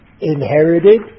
inherited